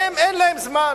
אין להם זמן.